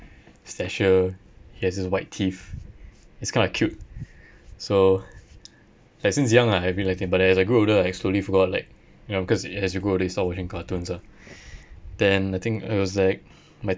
stature he has this white teeth it's kind of cute so like since young I have really liked him but as I grew older I slowly forgot like you know because as you grow older you stop watching cartoons ah then the thing I was like my